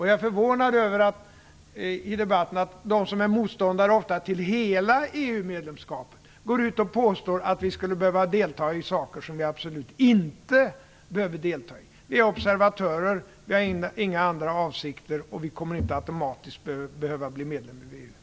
Jag är förvånad över att de som är motståndare till hela EU-medlemskapet ofta går ut och påstår att vi skulle behöva delta i saker som vi absolut inte behöver delta i. Vi är observatörer, och vi har inga andra avsikter. Vi kommer inte automatiskt att behöva bli medlemmar i VEU.